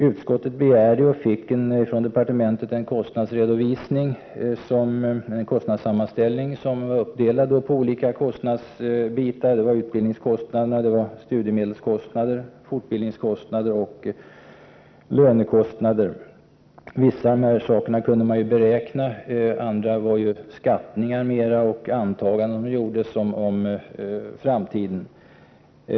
Utskottet begärde och fick från departementet en kostnadssammanställning, som var uppdelad på utbildningskostnader, studiemedelskostnader, fortbildningskostnader och lönekostnader. Vissa av dessa poster kunde man beräkna, men för andra var det mera skattningar och antaganden om framtiden som gjordes.